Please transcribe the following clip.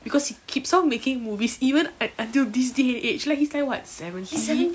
cause he keeps on making movies even like until this day and age like he's like what seventy